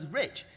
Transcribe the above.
rich